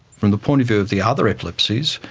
from the point of view of the other epilepsies,